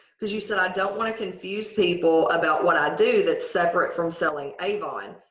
because you said i don't want to confuse people about what i do, that's separate from selling avon.